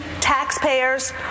taxpayers